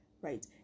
right